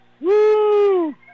Woo